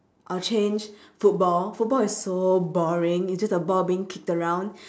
I'll change football football is so boring it's just a ball being kicked around